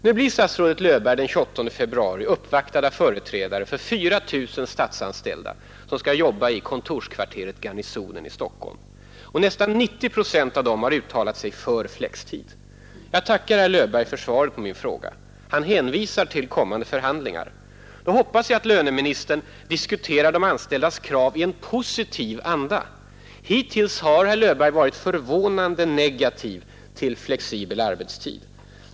Nu blir statsrådet Löfberg den 28 februari uppvaktad av företrädare för 4 000 statsanställda som skall jobba i kontorskvarteret Garnisonen i Stockholm. Nästan 90 procent av dem har uttalat sig för flextid. Jag tackar herr Löfberg för svaret på min fråga. Han hänvisar till kommande förhandlingar. Då hoppas jag att löneministern diskuterar de anställdas krav i en positiv anda. Hittills har herr Löfberg varit förvånande negativ till flexibel arbetstid.